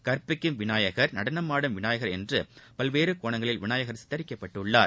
கற்பிக்கும் விநாயகர் நடனமாடும் விநாயகர் என்று பல்வேறு கோணங்களில் விநாயகர் சித்தரிக்கப்பட்டுள்ளார்